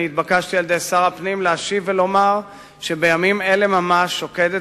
התבקשתי על-ידי שר הפנים להשיב ולומר שבימים אלה ממש שוקדת